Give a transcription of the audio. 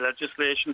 legislation